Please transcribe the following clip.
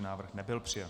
Návrh nebyl přijat.